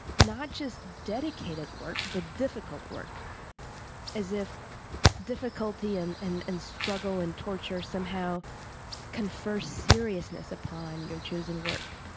not just dedicated work, but difficult work as if difficulty, and and and struggle, and torture somehow confer seriousness upon your chosen work.